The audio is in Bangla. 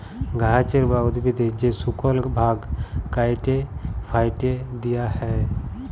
গাহাচের বা উদ্ভিদের যে শুকল ভাগ ক্যাইটে ফ্যাইটে দিঁয়া হ্যয়